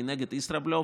אני נגד ישראבלוף,